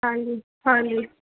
ਹਾਂਜੀ ਹਾਂਜੀ